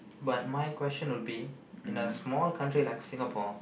but my question would be in a small country like Singapore